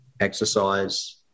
exercise